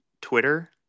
Twitter